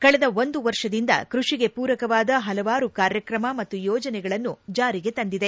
ಕಳೆದ ಒಂದು ವರ್ಷದಿಂದ ಕೃಷಿಗೆ ಮೂರಕವಾದ ಪಲವಾರು ಕಾರ್ಯಕ್ರಮ ಮತ್ತು ಯೋಜನೆಗಳನ್ನು ಜಾರಿಗೆ ತಂದಿದೆ